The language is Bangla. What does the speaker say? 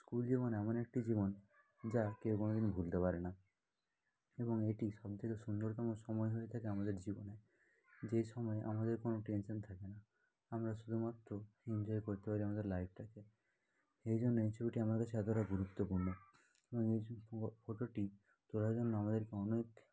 স্কুলজীবন এমন একটি জীবন যা কেউ কোনও দিনও ভুলতে পারে না এবং এটি সবথেকে সুন্দরতম সময় হয়ে থাকে আমাদের জীবনে যেই সময় আমাদের কোনও টেনশন থাকে না আমরা শুধুমাত্র এনজয় করতে পারি আমাদের লাইফটাকে এই জন্য এই ছবিটি আমার কাছে এতটা গুরুত্বপূর্ণ এবং এই ছবি ফটোটি তোলার জন্য আমাদেরকে অনেক